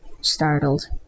startled